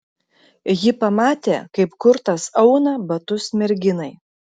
ji pamatė kaip kurtas auna batus merginai